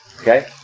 Okay